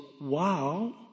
Wow